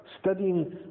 studying